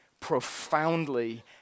profoundly